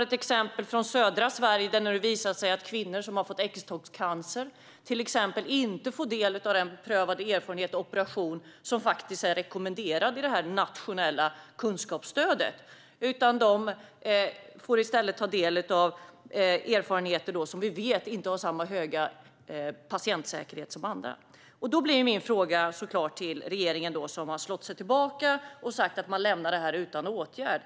Ett exempel från södra Sverige gäller kvinnor som har fått äggstockscancer och som inte får del av den beprövade erfarenhet och operation som är rekommenderad i det nationella kunskapsstödet. De får i stället ta del av erfarenheter som vi vet inte har samma höga patientsäkerhet som andra. Regeringen har lutat sig tillbaka och sagt att man lämnar detta utan åtgärd.